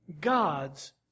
God's